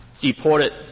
deported